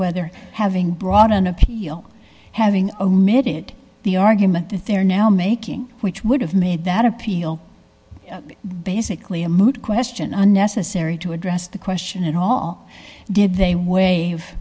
whether having brought an appeal having omitted the argument that they're now making which would have made that appeal basically a moot question unnecessary to address the question at all did they waive